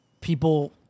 People